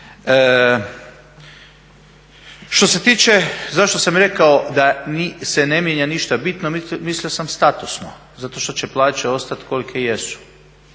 Što se tiče zašto sam rekao da se ne mijenja ništa bitno mislio sam statusno, zato što će plaće ostati kolike jesu.